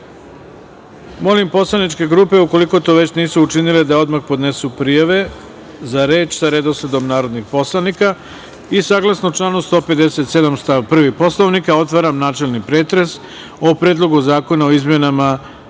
poslaničke grupe, ukoliko to već nisu učinile, da odmah podnesu prijave za reč sa redosledom narodnih poslanika. Saglasno članu 157. stav 1. Poslovnika, otvaram načelni pretres o Predlogu zakona o izmenama